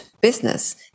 business